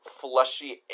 fleshy